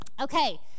Okay